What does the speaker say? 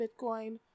Bitcoin